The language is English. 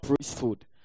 priesthood